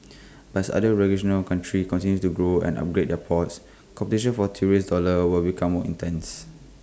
but as other regional countries continue to grow and upgrade their ports competition for tourist dollars will become more intense